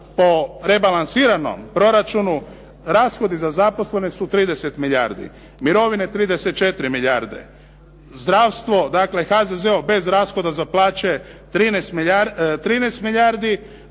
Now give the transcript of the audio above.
o rebalansiranom proračunu rashodi za zaposlene su 30 milijardi, mirovine 34 milijarde, zdravstvo, dakle, HZZ-o bez rashoda za plaće 13 milijardi,